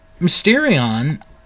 Mysterion